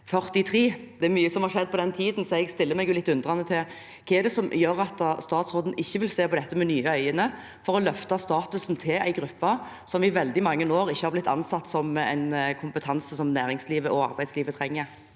år. Det er mye som har skjedd på den tiden, så jeg stiller meg litt undrende: Hva er det som gjør at statsråden ikke vil se på dette med nye øyne for å løfte statusen til en gruppe som i veldig mange år ikke har blitt ansett som en kompetanse som næringslivet og arbeidslivet trenger?